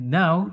now